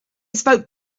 spoke